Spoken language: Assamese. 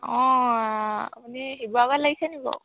অঁ আপুনি শিৱসাগৰত লাগিছে নি বাৰু